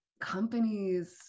companies